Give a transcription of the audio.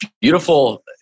beautiful